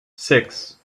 six